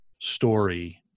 story